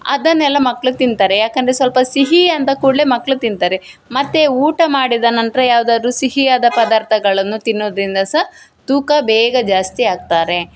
ಅದನ್ನೆಲ್ಲ ಮಕ್ಳು ತಿಂತಾರೆ ಯಾಕೆಂದ್ರೆ ಸ್ವಲ್ಪ ಸಿಹಿ ಅಂದ ಕೂಡಲೆ ಮಕ್ಳು ತಿಂತಾರೆ ಮತ್ತೆ ಊಟ ಮಾಡಿದ ನಂತರ ಯಾವುದಾರು ಸಿಹಿಯಾದ ಪದಾರ್ಥಗಳನ್ನು ತಿನ್ನೋದ್ರಿಂದ ಸಹ ತೂಕ ಬೇಗ ಜಾಸ್ತಿ ಆಗ್ತಾರೆ